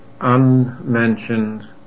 unmentioned